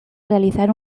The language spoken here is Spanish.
realizar